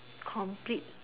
complete